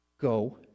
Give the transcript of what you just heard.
go